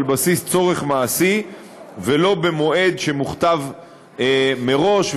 בסיס צורך מעשי ולא במועד שמוכתב מראש,